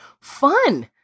fun